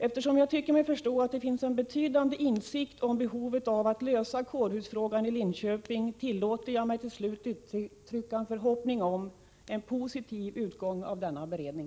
Eftersom jag tycker mig förstå att det finns en betydande insikt om behovet av att lösa kårhusfrågan i Linköping, tillåter jag mig till slut att uttrycka en förhoppning om en positiv utgång av denna beredning.